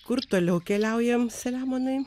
kur toliau keliaujam selemonai